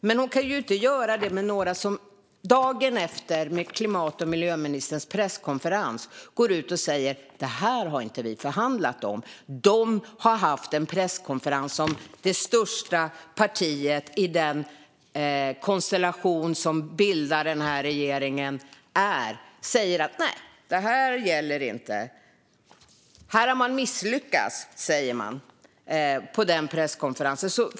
Men hon kan inte göra det med några som dagen efter ministerns presskonferens går ut och säger: Detta har vi inte förhandlat om! Sverigedemokraterna har haft en presskonferens som det största partiet i den regeringsbildande konstellationen, och de har sagt: Nej, det här gäller inte! Här har man misslyckats, säger de på den presskonferensen.